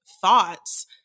thoughts